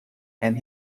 and